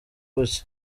gutya